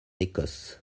écosse